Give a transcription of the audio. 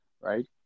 right